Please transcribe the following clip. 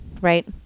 right